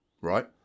right